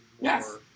Yes